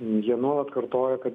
jie nuolat kartoja kad